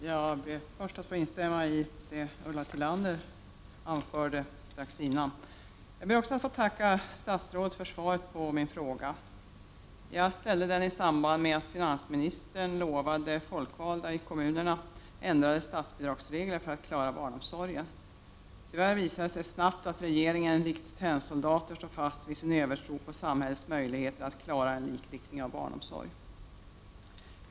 Fru talman! Jag ber först att få instämma i det som Ulla Tillander anförde nyss. Jag ber också att få tacka statsrådet för svaret på min fråga. Jag ställde den i samband med att finansministern lovade folkvalda i kommunerna ändrade statsbidragsregler för att de skulle klara att lösa problemen inom barnomsorgen. Tyvärr visade det sig snabbt att regeringen likt tennsoldater står fast vid sin övertro på samhällets möjligheter att klara en likriktning av barnomsorgen.